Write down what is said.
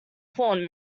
porn